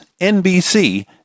NBC